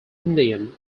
indian